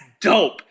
dope